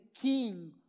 king